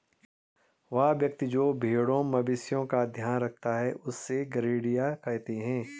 वह व्यक्ति जो भेड़ों मवेशिओं का ध्यान रखता है उससे गरेड़िया कहते हैं